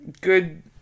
Good